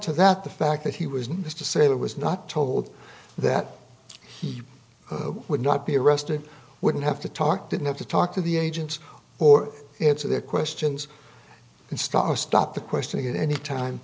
to that the fact that he was in this to say it was not told that he would not be arrested wouldn't have to talk didn't have to talk to the agents or answer their questions and start stop the questioning at any time